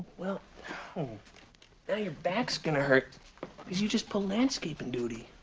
well oh. now your back's gonna hurt, cause you just pulled landscaping duty.